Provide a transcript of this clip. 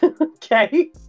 okay